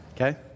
Okay